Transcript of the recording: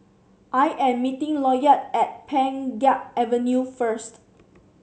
I am meeting Lloyd at Pheng Geck Avenue first